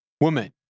Woman